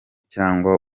cyangwa